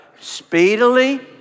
Speedily